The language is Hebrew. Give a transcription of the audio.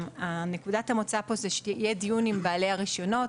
ונקודת המוצא פה היא שיהיה דיון עם בעלי הרישיונות